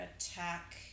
attack